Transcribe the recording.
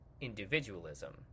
individualism